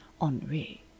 Henri